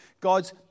God's